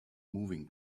moving